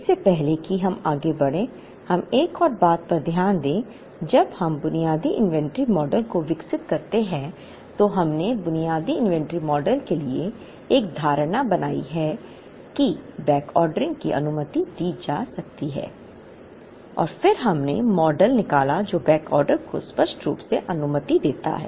इससे पहले कि हम आगे बढ़ें हमें एक और बात पर ध्यान दें जब हम बुनियादी इन्वेंट्री मॉडल को विकसित करते हैं तो हमने बुनियादी इन्वेंट्री मॉडल के लिए एक धारणा बनाई है कि बैकऑर्डरिंग की अनुमति दी जा सकती है और फिर हमने मॉडल निकाला जो बैकऑर्डर को स्पष्ट रूप से अनुमति देता है